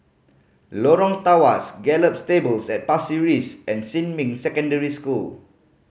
Lorong Tawas Gallop Stables at Pasir Ris and Xinmin Secondary School